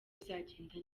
bizagenda